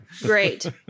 Great